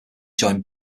joined